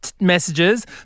messages